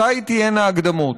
מתי תהיינה ההקדמות,